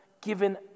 given